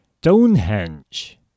Stonehenge